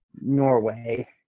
Norway